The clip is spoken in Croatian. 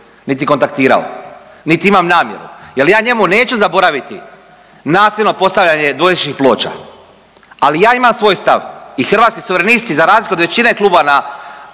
niti kontaktirao niti imam namjeru jer ja njemu neću zaboraviti nasilno postavljanje dvojezičnih ploča, ali ja imam svoj stav i hrvatski suverenisti, za razliku od većine klubova